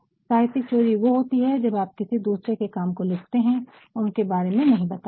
साहित्यिक चोरी वो होती है जब आप किसी दूसरे के काम को लिखते है और उनके बारे में नहीं बताते है